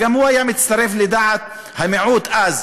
גם הוא היה מצטרף לדעת המיעוט אז.